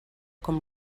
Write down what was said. com